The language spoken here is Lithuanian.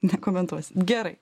nekomentuosit gerai